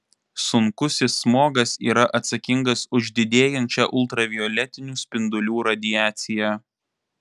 sunkusis smogas yra atsakingas už didėjančią ultravioletinių spindulių radiaciją